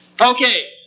Okay